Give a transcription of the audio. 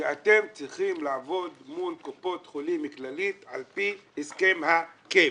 שאתם צריכים לעבוד מול קופת חולים כללית על פי הסכם ה-קייפ.